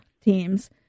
teams